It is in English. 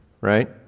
right